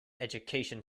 education